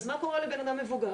אז מה קורה לבן אדם מבוגר?